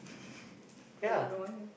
finding door mana